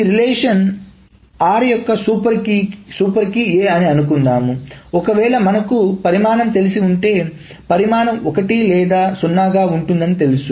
ఈ relation r యొక్క super key A అని అనుకుందాం ఒకవేళ మనకు పరిమాణం తెలిసి ఉంటే పరిమాణం 1 లేదా 0 గా ఉంటుందని తెలుసు